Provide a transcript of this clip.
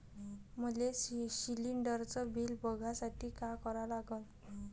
मले शिलिंडरचं बिल बघसाठी का करा लागन?